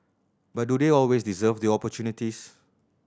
but do they always deserve the opportunities